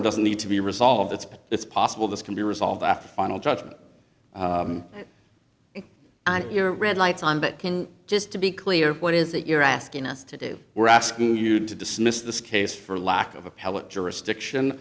it doesn't need to be resolved it's but it's possible this can be resolved after final judgment and your red lights on that can just to be clear what is it you're asking us to do we're asking you to dismiss this case for lack of appellate jurisdiction